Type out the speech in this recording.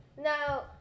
Now